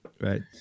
right